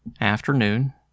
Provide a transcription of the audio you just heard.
Afternoon